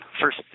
first